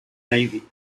navy